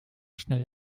schnell